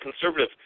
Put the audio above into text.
conservative